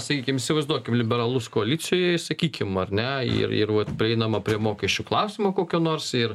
sakykim įsivaizduokim liberalus koalicijoj sakykim ar ne ir ir vat prieinama prie mokesčių klausimo kokio nors ir